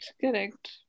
correct